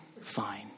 fine